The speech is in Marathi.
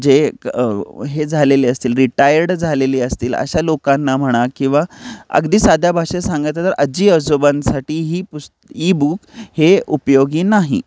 जे क हे झालेले असतील रिटायर्ड झालेले असतील अशा लोकांना म्हणा किंवा अगदी साध्या भाषेत सांगायचं तर आजी आजोबांसाठी ही पुस् ईबुक हे उपयोगी नाही